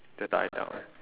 they'll die down